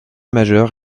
majeure